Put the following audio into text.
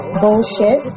bullshit